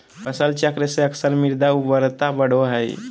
फसल चक्र से अक्सर मृदा उर्वरता बढ़ो हइ